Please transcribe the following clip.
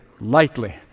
lightly